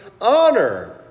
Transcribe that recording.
honor